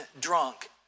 drunk